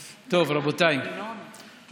טוב, רבותיי, אני